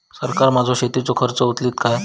सरकार माझो शेतीचो खर्च उचलीत काय?